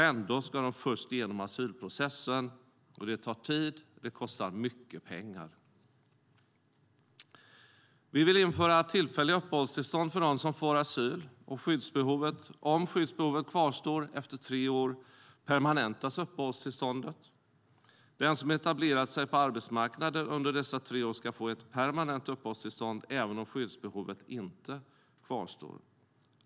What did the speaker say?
Ändå ska de först igenom asylprocessen. Det tar tid, och det kostar mycket pengar. Vi vill införa tillfälliga uppehållstillstånd för dem som får asyl. Om skyddsbehovet kvarstår efter tre år permanentas uppehållstillståndet. Den som etablerat sig på arbetsmarknaden under dessa tre år ska få ett permanent uppehållstillstånd även om skyddsbehovet inte kvarstår.